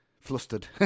flustered